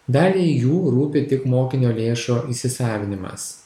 daliai jų rūpi tik mokinio lėšų įsisavinimas